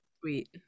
Sweet